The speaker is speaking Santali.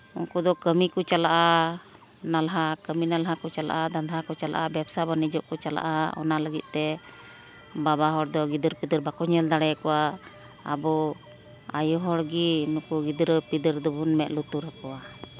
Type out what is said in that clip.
ᱩᱱᱠᱩ ᱫᱚ ᱠᱟᱹᱢᱤ ᱠᱚ ᱪᱟᱞᱟᱜᱼᱟ ᱱᱟᱞᱦᱟ ᱠᱟᱹᱢᱤ ᱱᱟᱞᱦᱟ ᱠᱚ ᱪᱟᱞᱟᱜᱼᱟ ᱫᱟᱸᱫᱷᱟ ᱠᱚ ᱪᱟᱞᱟᱜᱼᱟ ᱵᱮᱵᱽᱥᱟ ᱵᱟᱹᱱᱤᱡᱚᱜ ᱠᱚ ᱪᱟᱞᱟᱜᱼᱟ ᱚᱱᱟ ᱞᱟᱹᱜᱤᱫ ᱛᱮ ᱵᱟᱵᱟ ᱦᱚᱲᱫᱚ ᱜᱤᱫᱟᱹᱨ ᱯᱤᱫᱟᱹᱨ ᱵᱟᱠᱚ ᱧᱮᱞ ᱫᱟᱲᱮᱣ ᱠᱚᱣᱟ ᱟᱵᱚ ᱟᱹᱭᱩ ᱦᱚᱲᱜᱮ ᱩᱱᱠᱩ ᱜᱤᱫᱽᱨᱟᱹ ᱯᱤᱫᱽᱨᱟᱹ ᱫᱚᱵᱚᱱ ᱢᱮᱫ ᱞᱩᱛᱩᱨ ᱟᱠᱚᱣᱟ